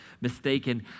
mistaken